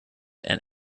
and